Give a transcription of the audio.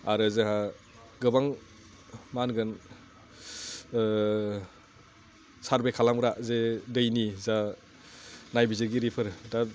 आरो जोंहा गोबां मा होनगोन सारभे खालामग्रा जे दैनि जा नायबिजिरगिरिफोर दा